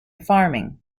farming